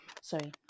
Sorry